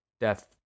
death